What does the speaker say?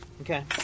okay